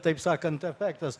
taip sakant efektas